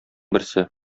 берсе